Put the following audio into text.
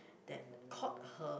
that caught her